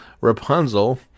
Rapunzel